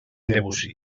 debussy